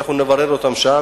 נברר אותן שם.